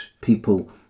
people